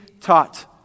taught